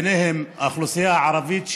ובהן האוכלוסייה הערבית,